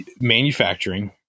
manufacturing